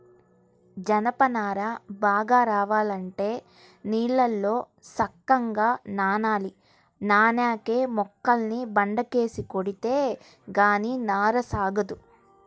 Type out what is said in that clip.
జనప నార బాగా రావాలంటే నీళ్ళల్లో సక్కంగా నానాలి, నానేక మొక్కల్ని బండకేసి కొడితే గానీ నార సాగదు